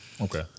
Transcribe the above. Okay